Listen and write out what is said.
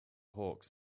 hawks